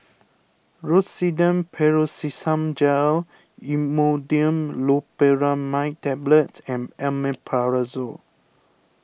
Rosiden Piroxicam Gel Imodium Loperamide Tablets and Omeprazole